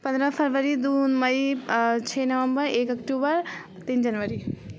पन्द्रह फरबरी दू मई छओ नबम्बर एक अक्टूबर तीन जनबरी